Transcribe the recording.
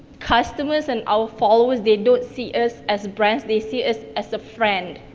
customers and our followers, they don't see us as brands, they see us as a friend.